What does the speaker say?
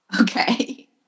Okay